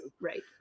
Right